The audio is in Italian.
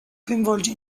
coinvolge